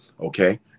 okay